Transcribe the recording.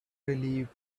relieved